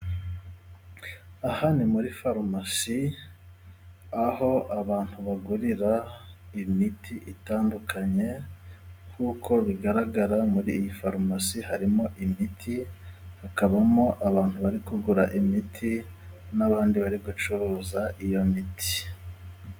Aha ni muri farumasi aho abantu bagurira imiti itandukanye nkuko bigaragara muri iyi farumasi harimo imiti hakabamo abantu bari kugura imiti n'abandi bari gucuruza iyo miti.